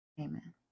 Amen